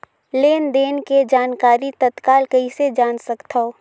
लेन देन के जानकारी तत्काल कइसे जान सकथव?